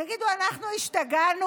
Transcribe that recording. תגידו, אנחנו השתגענו?